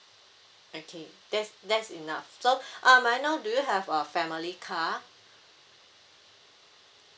okay that's that's enough so um may I know do you have a family car